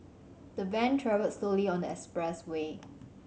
the van travelled slowly on the expressway